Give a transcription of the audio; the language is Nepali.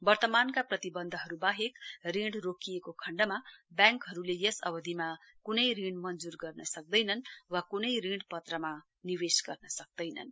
वर्तमानका प्रतिबन्धहरू बाहेक ऋण रोकिएको कण्डमा ब्याङ्कहरूले यस अवधिमा क्नै ऋण मञ्जूर गर्न सक्दैनन् वा क्नै ऋण पत्रमा निवेश गर्न सक्दैनन्